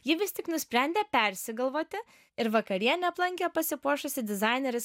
ji vis tik nusprendė persigalvoti ir vakarienę aplankė pasipuošusi dizainerės